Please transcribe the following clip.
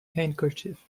handkerchief